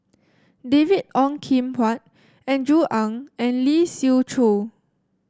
David Ong Kim Huat Andrew Ang and Lee Siew Choh